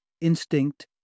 instinct